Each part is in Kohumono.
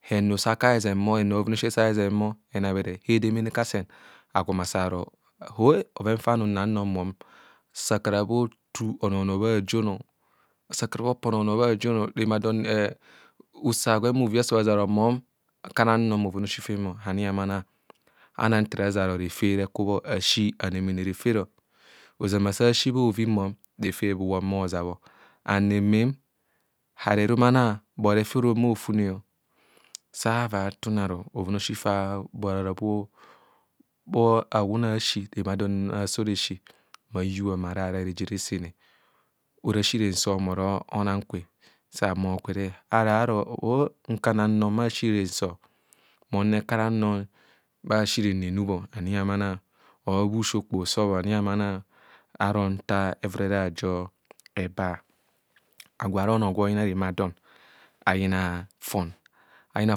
Heny sa ka hezemo, henu a bhoven aosi sa eku esen bho henabhene hedemene kasen, agwo ma sa aro bhoven fa kanra nnong mom, sa kara bhotu onọ ọ-ọhọ- ọnọọ bha jono, sska bhopa onoo oho- ono bha jon ọ. Usa gwem asa bhaʒen bharo mom nkana nnang bhoven aosi femo ani hamanang. Anang nta ara aʒeng aro refer rekubho. Asi anemene referọ. Oʒama sa asi bhoori mom, rẹfẹr bhawon bho oʒabho. And remem harerumana, but refu orom bha ofune. Sa avaa thuro aro bhoven aosi fara awune asi remedon aso resi. Ina ayubha nma ararai reje resene ora sireng sob ma ora ohang kwe sahumo kwene, habobhara aro o njaana rong bha sireng sob mom ire akananrong bha sireng renubanihamang bha usi ikpoho aob ani hama anang, arong ntaa evurere ajo ebaa. Agwo ra onoo gwe oyina remadon, ayina fon, ayina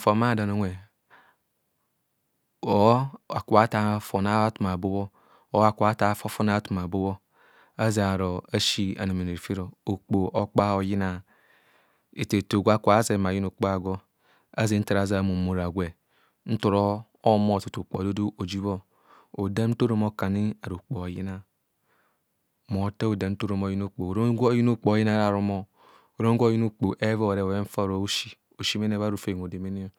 fon bha don unwe or akubho athaa fon a bhathuma bo bho or akubha athaa fofone a bhathuma bo bho, azena aro asi anemene refero okpoho akoa hoyina. Sto oho ɛto gwe akubho azeng ma ayina okpoho agwo, azeng ntara aʒeng amomoraa gwe nta oro ohumo tu tu odudu ojibho. Hodam nta orom aku ani okpoho hoyina. Maota hodam nta orom oyina okpoho. Okpoho onyi onoo raramo orom gwe oyina ọkpohọ evoi oreb bhoven fa ora osi, osi fe bha rofem hodemene.